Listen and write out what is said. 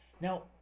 Now